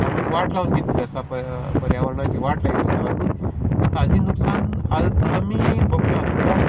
आमी वाट लावन घेतली आसा पय हांगा पर्यावरणाची वाट लायिल्ली आसा आनी ताजी नुक्सान आयज आमी भोगतात म्हळ्यार अशें